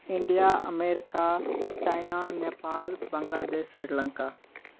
India America China Nepal Bangladesh Sri Lanka